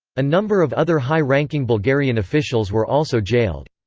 a number of other high ranking bulgarian officials were also jailed.